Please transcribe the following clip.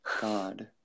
God